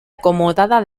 acomodada